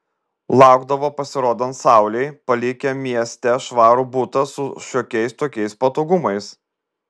laukdavo pasirodant saulei palikę mieste švarų butą su šiokiais tokiais patogumais